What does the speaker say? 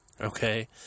Okay